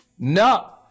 No